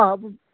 ആ അപ്പം